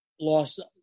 lost –